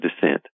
descent